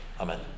Amen